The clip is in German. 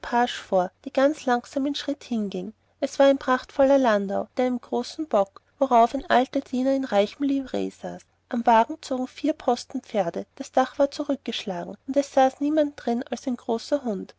vor die ganz langsam im schritt hinging es war ein prachtvoller landau mit einem großen bock worauf ein alter diener in reicher livree saß am wagen zogen vier postpferde das dach war zurückgeschlagen und es saß niemand darin als ein großer hund